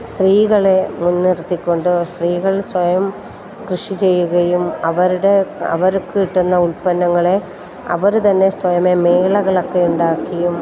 സ്ത്രീകളെ മുൻനിർത്തിക്കൊണ്ട് സ്ത്രീകൾ സ്വയം കൃഷി ചെയ്യുകയും അവരുടെ അവർക്ക് കിട്ടുന്ന ഉൽപ്പന്നങ്ങളെ അവർ തന്നെ സ്വയമേ മേളകളൊക്കെ ഉണ്ടാക്കിയും